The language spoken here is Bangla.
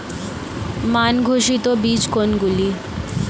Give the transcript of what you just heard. মান ঘোষিত বীজ কোনগুলি?